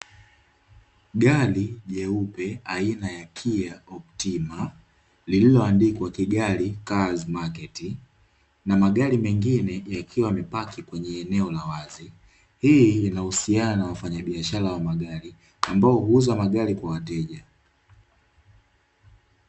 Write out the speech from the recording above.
Gari jeupe aina ya Kiaoptima lililoandikwa "kigali kazi maketi", na magari mengine yakiwa yamepaki kwenye eneo la wazi hii inahusiana na wafanyabiashara wa magari ambao huuza magari kwa wateja.